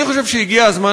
אני חושב שהגיע הזמן,